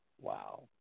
Wow